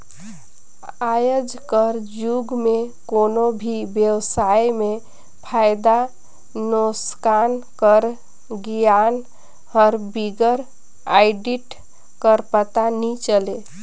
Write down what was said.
आएज कर जुग में कोनो भी बेवसाय में फयदा नोसकान कर गियान हर बिगर आडिट कर पता नी चले